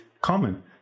common